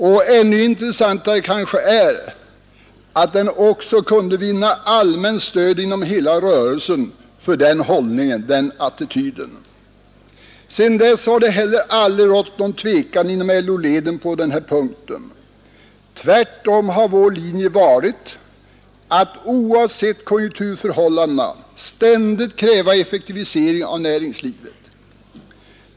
Kanske ännu intressantare är att man också kunde vinna allmänt stöd inom hela rörelsen för denna attityd. Sedan dess har det aldrig rått någon tvekan inom LO-leden på denna punkt. Tvärtom har vår linje varit att oavsett konjunkturförhållandena ständigt kräva effektivisering av näringslivet.